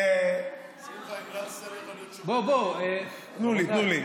בוא, בוא, תנו לי.